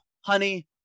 honey